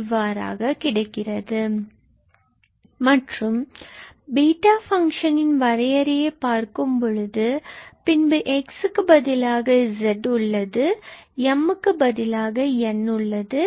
இவ்வாறாக கிடைக்கும் மற்றும் பீட்டா ஃபங்ஷனில் வரையறையை பார்க்கும்போது பின்பு x க்கு பதிலாக z உள்ளது மற்றும் m இக்கு பதிலாக n உள்ளது